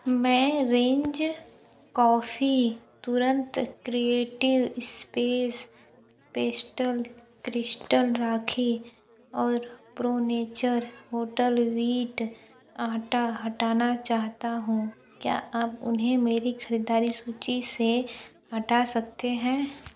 मैं range coffee तुरंत creative space pastel crystal rakhi और प्रो नेचर होटल वीट आटा हटाना चाहता हूँ क्या आप उन्हें मेरी ख़रीदारी सूची से हटा सकते हैं